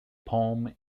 palm